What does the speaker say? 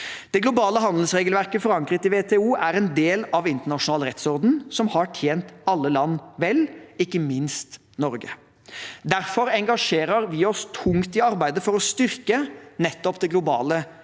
Det globale handelsregelverket forankret i WTO er en del av en internasjonal rettsorden som har tjent alle land vel, ikke minst Norge. Derfor engasjerer vi oss tungt i arbeidet for å styrke nettopp det globale, regelbaserte